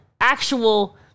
actual